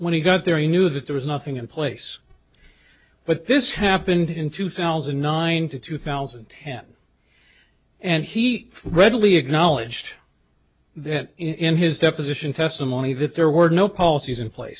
when he got there he knew that there was nothing in place but this happened in two thousand and nine to two thousand and ten and he readily acknowledged that in his deposition testimony that there were no policies in place